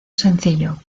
sencillo